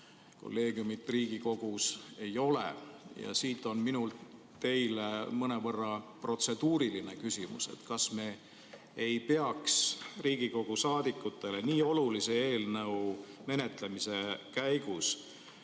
kolleegiumit Riigikogus ei ole. Siit on minul teile mõnevõrra protseduuriline küsimus: kas me ei peaks Riigikogu liikmetele nii olulise eelnõu menetlemise käigus